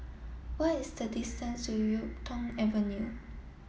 what is the distance to Yuk Tong Avenue